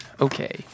Okay